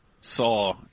saw